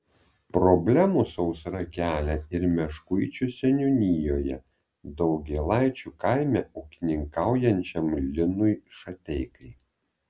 problemų sausra kelia ir meškuičių seniūnijoje daugėlaičių kaime ūkininkaujančiam linui šateikai